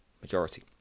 majority